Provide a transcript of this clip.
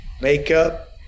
makeup